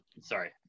sorry